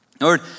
Lord